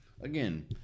Again